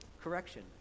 correction